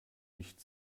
nicht